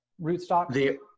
rootstock